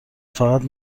فقط